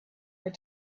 were